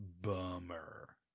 bummer